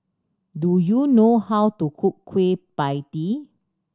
do you know how to cook Kueh Pie Tee